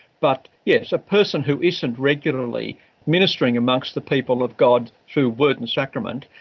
but yes, a person who isn't regularly ministering amongst the people of god through word and sacrament,